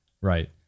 Right